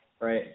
right